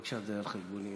בבקשה, זה על חשבוני.